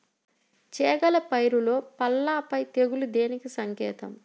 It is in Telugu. చేగల పైరులో పల్లాపై తెగులు దేనికి సంకేతం?